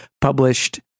published